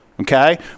okay